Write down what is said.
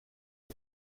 争议